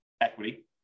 equity